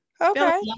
okay